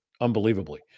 unbelievably